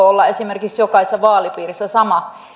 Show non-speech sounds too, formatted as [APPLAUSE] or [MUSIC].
[UNINTELLIGIBLE] olla esimerkiksi jokaisessa vaalipiirissä sama